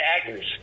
actors